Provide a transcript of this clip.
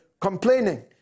complaining